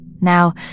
Now